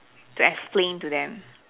to explain to them